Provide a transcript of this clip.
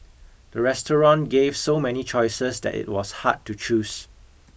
the restaurant gave so many choices that it was hard to choose